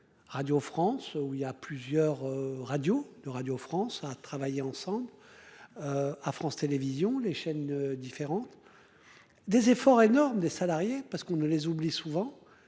Radio France où il y a plusieurs radios de Radio-France à travailler ensemble. À France Télévision les chaînes différentes. Des efforts énormes des salariés parce qu'on ne les oublie souvent